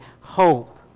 hope